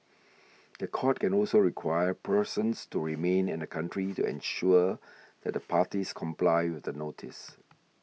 the court can also require persons to remain in the country to ensure that the parties comply with the notice